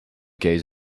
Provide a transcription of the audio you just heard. case